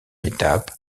étape